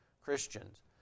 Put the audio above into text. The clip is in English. christians